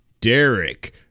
Derek